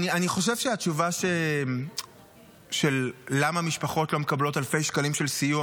אני חושב שהתשובה ללמה משפחות לא מקבלות אלפי שקלים של סיוע